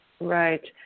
Right